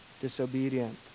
disobedient